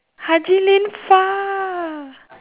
haji lane far